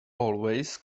always